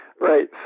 right